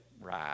Right